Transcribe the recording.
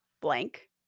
blank